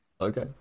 Okay